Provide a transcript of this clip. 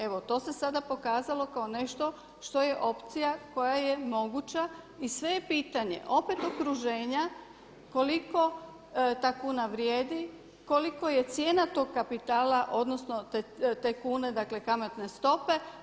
Evo to se sada pokazalo kao nešto što je opcija koja je moguća i sve je pitanje opet okruženja koliko ta kuna vrijedi, koliko je cijena tog kapitala odnosno te kune dakle kamatne stope.